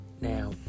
Now